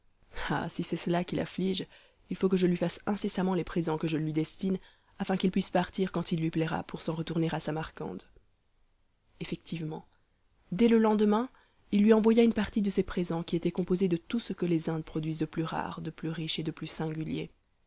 ah si c'est cela qui l'afflige il faut que je lui fasse incessamment les présents que je lui destine afin qu'il puisse partir quand il lui plaira pour s'en retourner à samarcande effectivement dès le lendemain il lui envoya une partie de ces présents qui étaient composés de tout ce que les indes produisent de plus rare de plus riche et de plus singulier